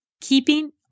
Keeping